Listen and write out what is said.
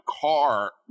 car